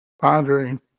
Pondering